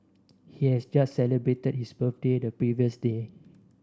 he has just celebrated his birthday the previous day